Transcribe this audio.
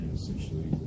essentially